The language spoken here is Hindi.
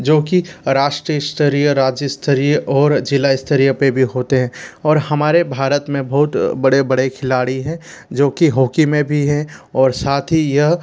जो कि राष्ट्रीय स्तरीय राज्य स्तरीय और ज़िला स्तरीय पर भी होते हैं और हमारे भारत मे बहुत बड़े बड़े खिलाड़ी हैं जो कि हॉकी में भी है और साथ ही यह